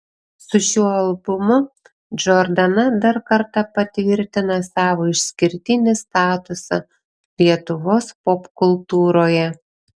su šiuo albumu džordana dar kartą patvirtina savo išskirtinį statusą lietuvos popkultūroje